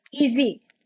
easy